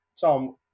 Tom